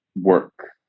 work